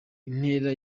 intera